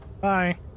Bye